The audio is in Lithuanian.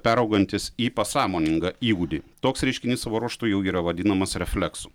peraugantis į pasąmoningą įgūdį toks reiškinys savo ruožtu jau yra vadinamas refleksu